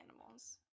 animals